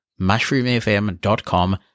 mushroomfm.com